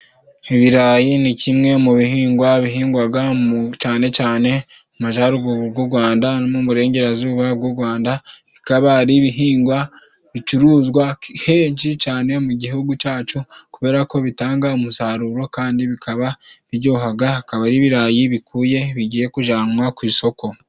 Ibirayi ni kimwe mu bihingwa bihingwaga cane cane mu majaruguru g'u Gwanda no mu burengerazuba bw'u Gwanda bikaba ari ibihingwa bicuruzwa henshi cane mu gihugu cacu kubera ko bitanga umusaruro kandi bikaba bijyohaga akaba ari ibirayi bikuye bigiye kujanwa ku isoko.